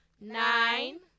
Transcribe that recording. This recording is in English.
nine